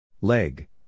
Leg